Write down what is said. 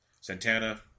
Santana